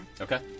Okay